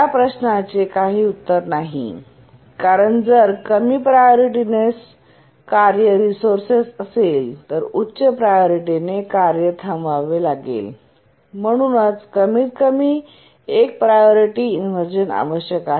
या प्रश्नाचे उत्तर नाही नाही कारण जर कमी प्रायोरिटीने कार्य रिसोर्सेस असेल तर उच्च प्रायोरिटी कार्य थांबावे लागेल आणि म्हणूनच कमीतकमी एक प्रायोरिटी इन्व्हर्झन आवश्यक आहे